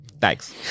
Thanks